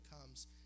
comes